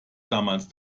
damals